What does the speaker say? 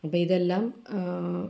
അപ്പ ഇതെല്ലാം